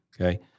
okay